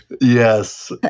Yes